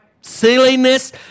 silliness